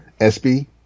SB